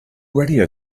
radio